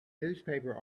newspaper